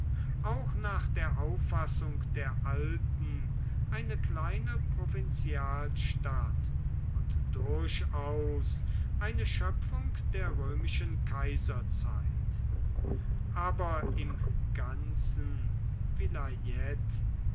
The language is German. auch nach der auffassung der alten eine kleine provinzialstadt und durchaus eine schöpfung der römischen kaiserzeit aber im ganzen